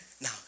Now